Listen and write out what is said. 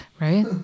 Right